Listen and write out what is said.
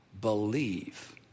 believe